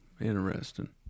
Interesting